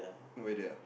no weather ah